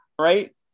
right